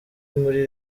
muri